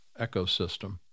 ecosystem